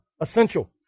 essential